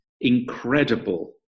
incredible